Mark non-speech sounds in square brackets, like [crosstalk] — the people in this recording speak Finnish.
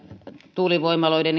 tuulivoimaloiden [unintelligible]